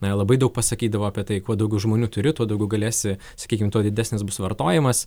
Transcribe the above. labai daug pasakydavo apie tai kuo daugiau žmonių turi tuo daugiau galėsi sakykim tuo didesnis bus vartojimas